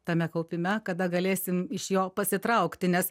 tame kaupime kada galėsim iš jo pasitraukti nes